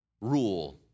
Rule